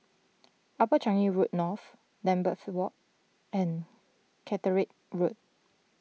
Upper Changi Road North Lambeth Walk and Caterick Road